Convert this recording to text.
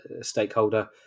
stakeholder